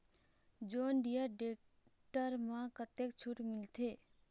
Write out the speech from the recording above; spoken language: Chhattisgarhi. जॉन डिअर टेक्टर म कतक छूट मिलथे?